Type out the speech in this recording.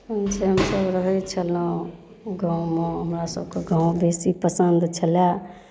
खूब चैनसँ रहै छलहुँ गाँवमे हमरासभके गाँव बेसी पसन्द छलय